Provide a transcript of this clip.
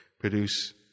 produce